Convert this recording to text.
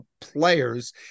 players